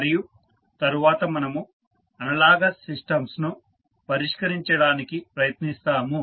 మరియు తరువాత మనము అనలాగస్ సిస్టమ్స్ ను పరిష్కరించడానికి ప్రయత్నిస్తాము